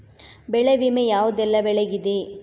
ಬೆಳೆ ವಿಮೆ ಯಾವುದೆಲ್ಲ ಬೆಳೆಗಿದೆ?